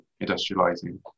industrializing